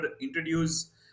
introduce